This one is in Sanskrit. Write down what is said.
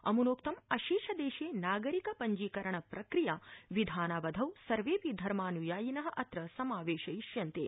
अम्नोक्तं अशेषदेशे नागरिक पञ्जीकरण प्रक्रिया विधानवधौ सर्वेड़पि धर्मान्यायिन अत्र समावेशयिष्यन्ते